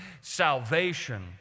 salvation